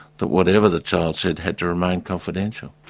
that whatever the child said had to remain confidential.